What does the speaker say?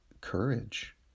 courage